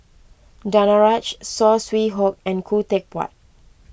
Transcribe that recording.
Danaraj Saw Swee Hock and Khoo Teck Puat